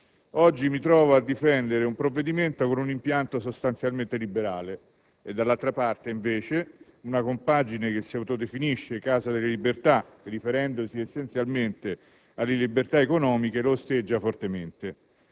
oggi mi trovo a difendere un provvedimento con un impianto sostanzialmente liberale; dall'altra parte, invece, una compagine che si autodefinisce Casa delle Libertà, riferendosi essenzialmente a quelle economiche, lo osteggia fortemente.